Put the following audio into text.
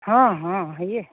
हँ हँ हैये है